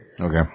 Okay